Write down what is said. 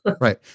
Right